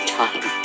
time